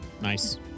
Nice